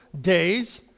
days